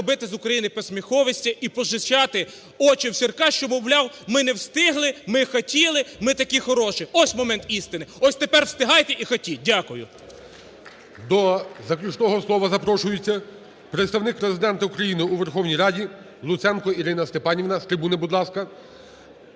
робити з України посміховище і "позичати очі в Сірка", що, мовляв, ми не встигли, ми хотіли, мм такі хороші. Ось момент істини. Ось тепер встигайте і хотіть! Дякую. ГОЛОВУЮЧИЙ. До заключного слова запрошується Представник Президента України у Верховній Раді Луценко Ірина Степанівна. З трибуни, будь ласка.